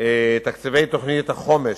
תקציבי תוכניות החומש.